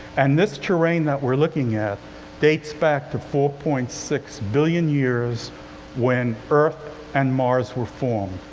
and this terrain that we're looking at dates back to four point six billion years when earth and mars were formed.